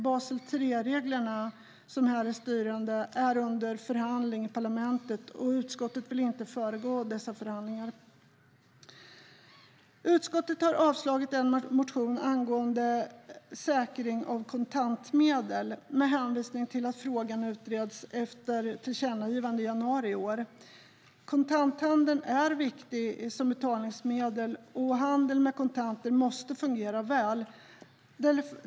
Basel III-reglerna som här är styrande är under förhandling i parlamentet, och utskottet vill inte föregå dessa förhandlingar. Utskottet har avstyrkt en motion angående säkring av kontantmedel, med hänvisning till att frågan utreds efter ett tillkännagivande i januari i år. Kontanthandeln är viktig som betalningsmedel, och handel med kontanter måste fungera väl.